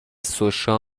سوشا